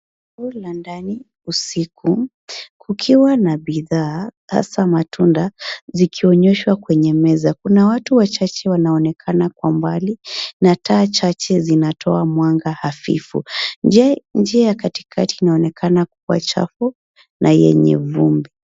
Soko la ndani usiku kukiwa na bidhaa hasa matunda zikionyeshwa kwenye meza, kuna watu wachache wanaonekana kwa umbali na taa chache zinatoa mwanga hafifu. Njia ya katikati inaonekana kua chafu na yenye vumbi.